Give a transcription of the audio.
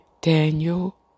Daniel